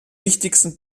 wichtigsten